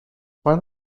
find